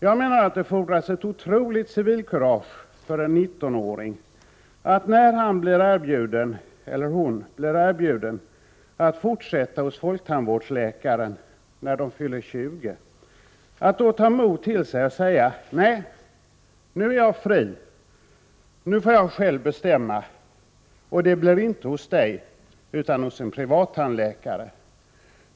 Jag menar att de fordras ett otroligt civilkurage av en 19-åring att, när han eller hon blir erbjuden att fortsätta hos folktandvårdsläkaren efter det han eller hon fyllt 20 år, ta mod till sig och säga: Nej, nu är jag fri. Nu får jag själv bestämma, och jag kommer inte att gå till dig, utan till en privattandläkare.